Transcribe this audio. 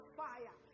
fire